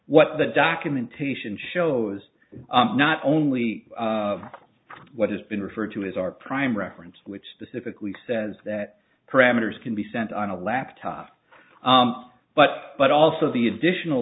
what the documentation shows not only what has been referred to as our prime reference which specifically says that parameters can be sent on a laptop but but also the additional